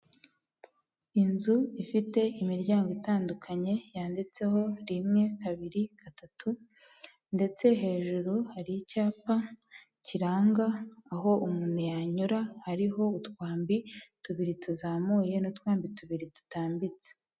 Inzu ifite imiryango itandukanye yanditseho rimwe, kabiri, gatatu ndetse hejuru hari icyapa kiranga aho umuntu yanyura hari utwambi tubiri tuzamuye n'utundi tubiri dutambitse.